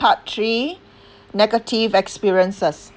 part three negative experiences